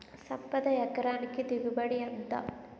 సంపద ఎకరానికి దిగుబడి ఎంత?